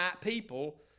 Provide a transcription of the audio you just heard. people